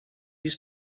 his